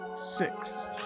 Six